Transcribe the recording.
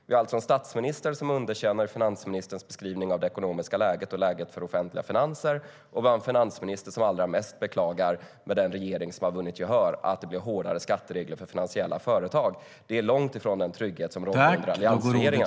Vi har alltså en statsminister som underkänner finansministerns beskrivning av det ekonomiska läget och läget för de offentliga finanserna, och vi har en finansminister som tycker att det allra mest beklagliga med den regering som har vunnit gehör är att det blir hårdare skatteregler för finansiella företag. Det är långt ifrån den trygghet som rådde under alliansregeringen.